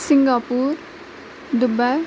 Singapore Dubai